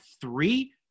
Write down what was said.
three